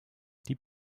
die